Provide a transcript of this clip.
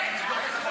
לא.